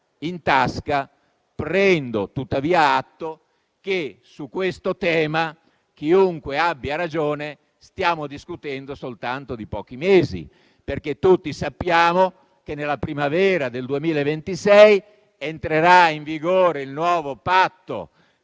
in tasca. Prendo tuttavia atto, chiunque abbia ragione, che stiamo discutendo soltanto di pochi mesi perché tutti sappiamo che nella primavera del 2026 entrerà in vigore il nuovo patto